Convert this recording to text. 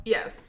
Yes